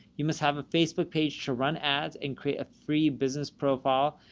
you must have a facebook page to run ads and create a free business profile.